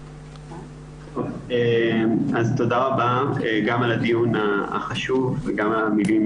תודה רבה גם על הדיון החשוב וגם על המילים